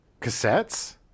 cassettes